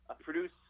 produce